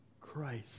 Christ